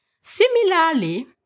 Similarly